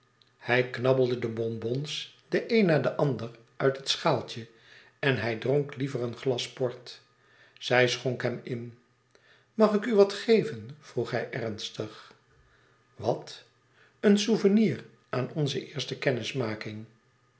hij knabbelde de bonbons de een na den ander uit het schaaltje en hij dronk liever een glas port zij schonk hem in e ids aargang ag ik u wat geven vroeg hij ernstig wat een souvenir aan onze eerste kennismaking